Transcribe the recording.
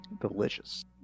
Delicious